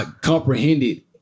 comprehended